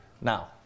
now